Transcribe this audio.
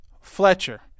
fletcher